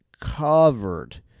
covered